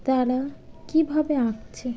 তারা কীভাবে আঁকছে